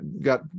got